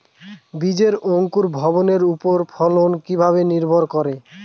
বীজের অঙ্কুর ভবনের ওপর ফলন কিভাবে নির্ভর করে?